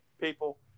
people –